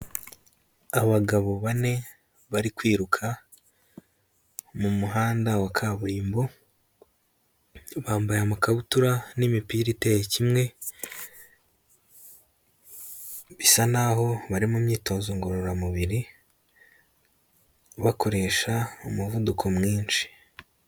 Abagabo bane bari kwiruka mu muhanda wa kaburimbo, bambaye amakabutura n'imipira iteye kimwe, bisa naho bari mu myitozo ngororamubiri bakoresha umuvuduko mwinshi.